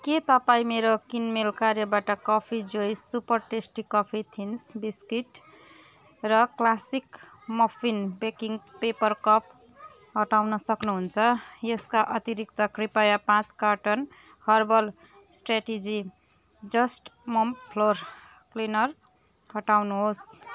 के तपाईँ मेरो किनमेल कार्यबाट coffee joy super tasty coffee thins biscuit र classic muffin baking paper cup हटाउन सक्नुहुन्छ यसका अतिरिक्त कृपया पाँच carton herbal strategy just mop floor cleaner हटाउनुहोस्